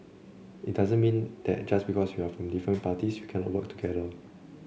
it doesn't mean that just because we're from different parties we cannot work together